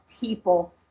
people